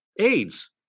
AIDS